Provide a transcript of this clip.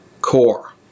CORE